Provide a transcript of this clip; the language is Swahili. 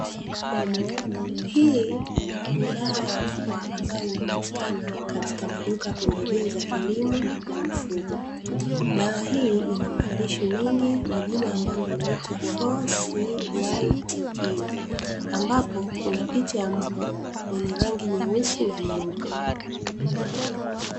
Hii ni dawa ya mbwa inayopatikana katika duka ya pembejeo za kilimo na mifugo ,dawa hii ina maandishi mengi na linaitwa '4cyte' ambapo kuna picha ya mbwa mwenye rangi nyeusi na nyeupe .